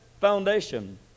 foundation